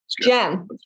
Jen